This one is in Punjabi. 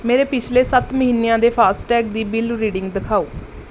ਮੇਰੇ ਪਿਛਲੇ ਸੱਤ ਮਹੀਨਿਆਂ ਦੇ ਫਾਸਟੈਗ ਦੀ ਬਿੱਲ ਰੀਡਿੰਗ ਦਿਖਾਓ